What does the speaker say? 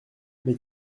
mais